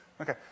Okay